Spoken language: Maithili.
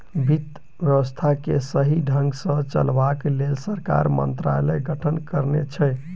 वित्त व्यवस्था के सही ढंग सॅ चलयबाक लेल सरकार मंत्रालयक गठन करने छै